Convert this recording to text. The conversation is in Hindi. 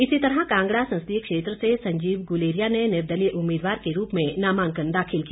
इसी तरह कांगड़ा संसदीय क्षेत्र से संजीव गुलेरिया ने निर्दलीय उम्मीदवार के रूप में नामांकन दाखिल किया